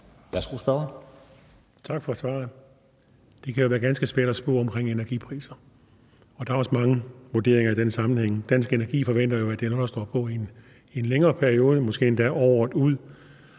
Lilleholt (V): Tak for svaret. Det kan jo være ganske svært at spå om energipriser, og der er også mange vurderinger i den sammenhæng. Dansk Energi forventer jo, at det er noget, der står på vi i en længere periode, måske endda året ud,